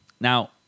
Now